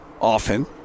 often